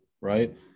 right